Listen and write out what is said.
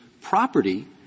property